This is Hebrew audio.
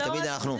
תמיד אנחנו,